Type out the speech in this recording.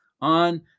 on